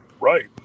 Right